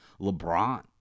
LeBron